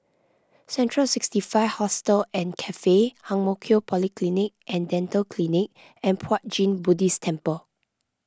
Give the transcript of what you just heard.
Central sixty five Hostel and Cafe Ang Mo Kio Polyclinic and Dental Clinic and Puat Jit Buddhist Temple